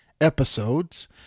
episodes